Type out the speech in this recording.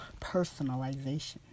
personalization